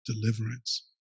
deliverance